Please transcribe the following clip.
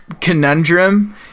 conundrum